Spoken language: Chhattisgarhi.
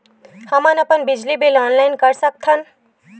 हमन अपन बिजली बिल ऑनलाइन कर सकत हन?